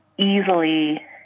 easily